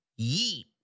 yeet